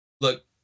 look